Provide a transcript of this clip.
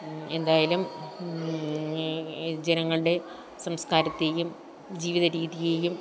എന്തായാലും ജനങ്ങളുടെ സംസ്കാരത്തെയും ജീവിത രീതിയെയും